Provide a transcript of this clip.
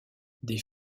des